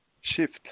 shift